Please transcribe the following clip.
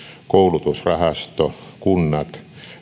koulutusrahasto kunnat